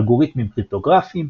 אלגוריתמים קריפטוגרפיים,